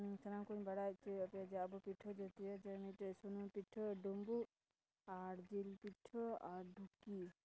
ᱤᱧ ᱥᱟᱱᱟᱢ ᱠᱚᱧ ᱵᱟᱲᱟᱭ ᱦᱚᱪᱚᱭᱮᱫ ᱯᱮᱭᱟ ᱡᱮ ᱟᱵᱚ ᱯᱤᱴᱷᱟᱹ ᱡᱟᱹᱛᱤᱭᱚ ᱡᱮ ᱢᱤᱫᱴᱮᱡ ᱥᱩᱱᱩᱢ ᱯᱤᱴᱷᱟᱹ ᱰᱩᱢᱵᱩᱜ ᱟᱨ ᱡᱤᱞ ᱯᱤᱴᱷᱟᱹ ᱟᱨ ᱨᱩᱴᱤ